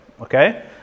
okay